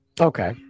okay